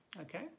Okay